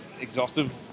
exhaustive